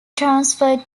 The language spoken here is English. transferred